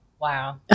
Wow